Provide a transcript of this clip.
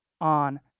on